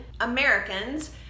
Americans